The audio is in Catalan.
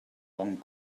bon